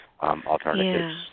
alternatives